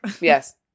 Yes